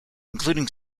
including